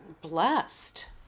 blessed